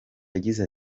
yagize